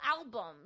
albums